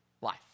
life